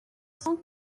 cent